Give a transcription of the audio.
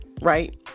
right